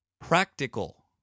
Practical